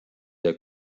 der